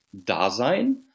Dasein